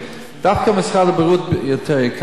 דווקא משרד הבריאות יותר יקר,